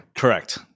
Correct